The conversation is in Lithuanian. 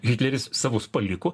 hitleris savus paliko